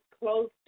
close